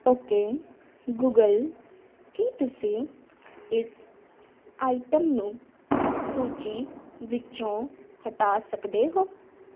okay Google ਕੀ ਤੁਸੀਂ ਇਸ ਆਈਟਮ ਨੂੰ ਸੂਚੀ ਵਿੱਚੋਂ ਹਟਾ ਸਕਦੇ ਹੋ